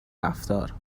رفتار